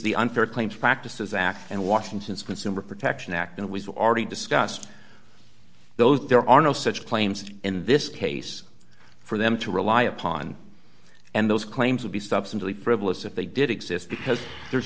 the unfair claims practices act and washington's consumer protection act and we've already discussed those there are no such claims in this case for them to rely upon and those claims would be substantively frivolous if they did exist because there